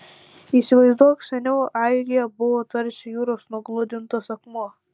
įsivaizduok seniau airija buvo tarsi jūros nugludintas akmuo